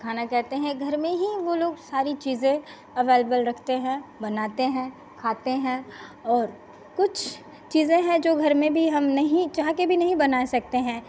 खाना कहते हैं घर में ही वो लोग सारी चीजें अवेलेबल रखते हैं बनाते हैं खाते हैं और कुछ चीजें हैं जो घर में भी हम नहीं चाह के भी नहीं बना सकते हैं